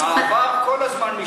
העבר כל הזמן משתנה.